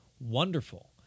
wonderful